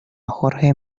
jorge